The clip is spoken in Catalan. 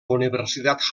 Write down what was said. universitat